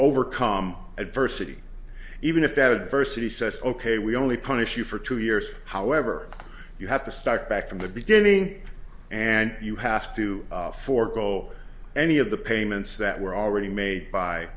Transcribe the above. overcome adversity even if adversity says ok we only punish you for two years however you have to start back from the beginning and you have to forego any of the payments that were already made by